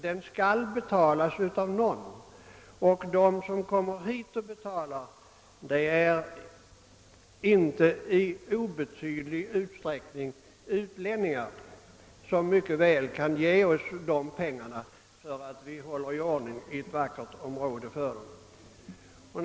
Den skall betalas av någon, och de som kommer dit och betalar är i inte obetydlig utsträckning utlänningar, som mycket väl kan betala oss för att vi håller i ordning ett vackert område åt dem.